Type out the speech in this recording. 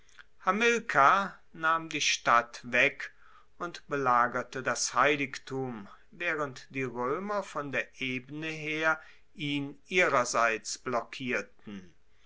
hamilkar nahm die stadt weg und belagerte das heiligtum waehrend die roemer von der ebene her ihn ihrerseits blockierten